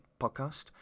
podcast